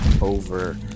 over